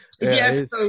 yes